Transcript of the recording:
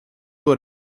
tuo